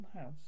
house